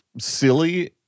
silly